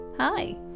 Hi